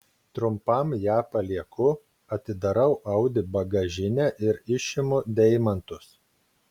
trumpam ją palieku atidarau audi bagažinę ir išimu deimantus